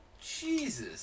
Jesus